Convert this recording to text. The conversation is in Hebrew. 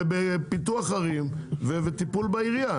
בפיתוח ערים וטיפול בעירייה.